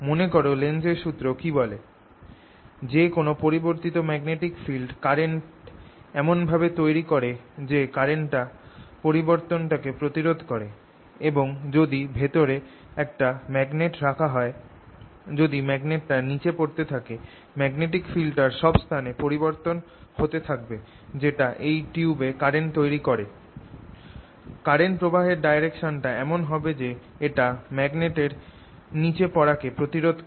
মনে কর লেন্জস সুত্র কি বলে - যে কোন পরিবর্তিত ম্যাগনেটিক ফিল্ড কারেন্ট এমন ভাবে তৈরি কোরে যে কারেন্টটা পরিবর্তনটাকে প্রতিরোধ করে এবং যদি ভেতরে একটা ম্যাগনেট রাখা হয় যদি ম্যাগনেটটা নিচে পড়তে থাকে ম্যাগনেটিক ফিল্ডটার সব স্থান এ পরিবর্তন হতে থাকবে যেটা এই টিউব এ কারেন্ট তৈরি করে কারেন্ট প্রবাহের ডাইরেকশনটা এমন হবে যে এটা ম্যাগনেট এর নিচে পড়াকে কে প্রতিরোধ করে